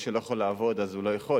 מי שלא יכול לעבוד אז הוא לא יכול,